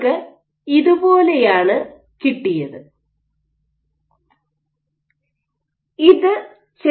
നിങ്ങൾക്ക് ഇതുപോലെയാണ് കിട്ടിയത് റഫർ സമയം 1911